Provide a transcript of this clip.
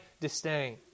disdain